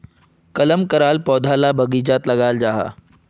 कलम कराल पौधा ला बगिचात लगाल जाहा